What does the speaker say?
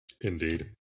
Indeed